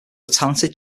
talented